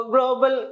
Global